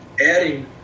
adding